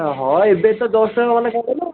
ହଁ ଏବେ ତ ଜଷ୍ଟ ମାନେ କ'ଣ କହିଲ